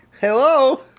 Hello